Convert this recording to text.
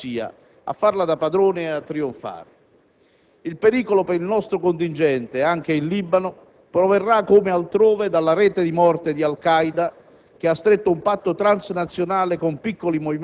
poiché anche questa volta sarà la diplomazia a farla da padrone e a trionfare. II pericolo per il nostro contingente, anche in Libano, proverrà come altrove dalla rete di morte di Al Qaeda